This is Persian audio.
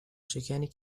شکنی